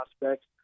prospects